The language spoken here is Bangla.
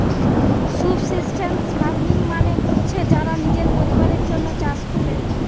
সুবসিস্টেন্স ফার্মিং মানে হচ্ছে যারা নিজের পরিবারের জন্যে চাষ কোরে